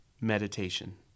Meditation